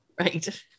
Right